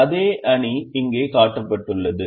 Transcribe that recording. எனவே அதே அணி இங்கே காட்டப்பட்டுள்ளது